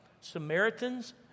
Samaritans